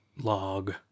log